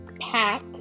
pack